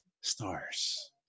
stars